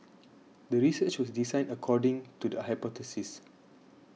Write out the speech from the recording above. the research was designed according to the hypothesis